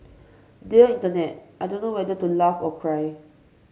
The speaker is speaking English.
dear Internet I don't know whether to laugh or cry